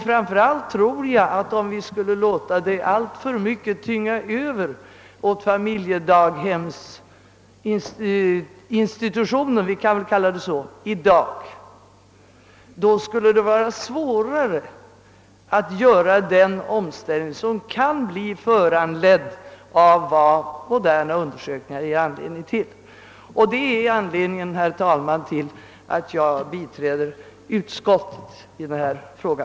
Framför allt tror jag att om vi i dag skulle låta utvecklingen alltför mycket tynga över åt familjedaghemsinstitutionen, skulle det vara svårare att göra den omställning som kan bli föranledd av moderna undersökningsresultat. Detta är anledningen till att jag biträder utskottet i denna fråga.